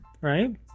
right